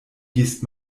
gießt